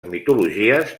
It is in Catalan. mitologies